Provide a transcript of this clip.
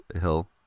Hill